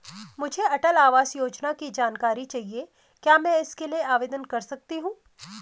मुझे अटल आवास योजना की जानकारी चाहिए क्या मैं इसके लिए आवेदन कर सकती हूँ?